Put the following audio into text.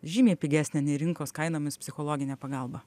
žymiai pigesnę nei rinkos kainomis psichologinę pagalbą